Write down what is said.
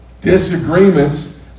disagreements